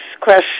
question